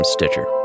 Stitcher